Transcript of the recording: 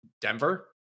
Denver